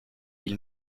ils